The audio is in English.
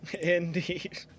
Indeed